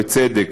בצדק,